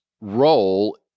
role